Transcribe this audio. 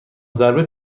ضربه